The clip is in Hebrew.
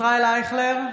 ישראל אייכלר,